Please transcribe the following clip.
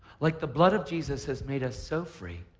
like the blood of jesus has made us so free